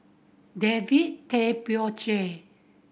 David Tay Poey Cher